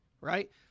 right